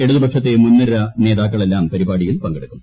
ഇടതുപക്ഷത്തെ മുൻനിര നേതാക്കളെല്ലാം പരിപാടിയിൽ പങ്കെടുക്കും